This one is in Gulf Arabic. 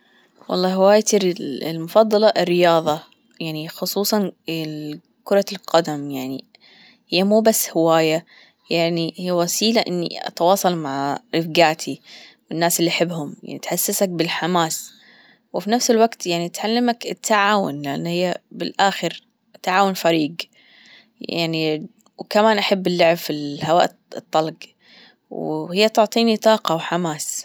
والله هوايتي المفضلة الرياضة خصوصا كرة القدم يعني هي مو بس هواية يعني هي وسيلة إني أتواصل مع رفجاتي الناس اللي أحبهم يعني تحسسك بالحماس وفي نفس الوقت يعني تعلمك التعاون لأن هي بالاخر تعاون فريج يعني وكمان أحب اللعب في الهواء الطلج وهي تعطيني طاقة وحماس.